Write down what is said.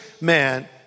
man